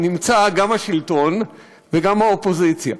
נמצאים גם השלטון וגם האופוזיציה.